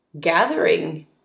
gathering